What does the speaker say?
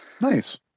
nice